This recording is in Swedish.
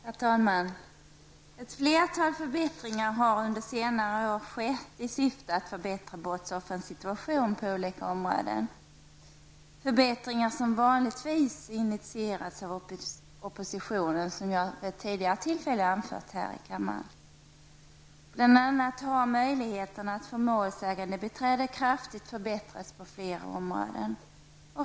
Herr talman! Ett flertal förbättringar har under senare år skett i syfte att förbättra brottsoffrens situation på olika områden; förbättringar som vanligtvis initierats av oppositionen, vilket jag vid ett tidigare tillfälle anfört här i kammaren. Bl.a. har möjligheterna att få målsägandebiträde kraftigt förbättrats på flera områden.